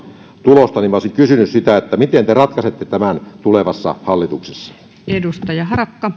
tulosta niin olisin kysynyt miten te ratkaisette tämän tulevassa hallituksessa